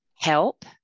help